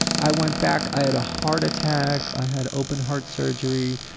i went back, i had a heart attack, i had open-heart surgery,